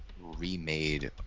remade